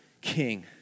king